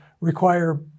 require